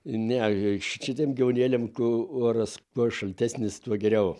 ne šitiem gyvūnėliam oras tuo šaltesnis tuo geriau